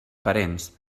parents